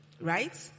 Right